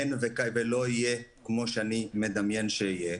--- זכאי ולא אהיה כמו שאני מדיין שאהיה,